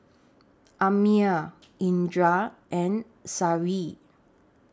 Ammir Indra and Seri